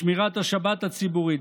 בשמירת השבת הציבורית,